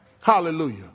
Hallelujah